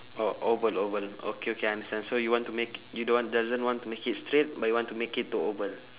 orh oval oval okay okay I understand so you want to make you don't want doesn't want to make it straight but you want to make it to oval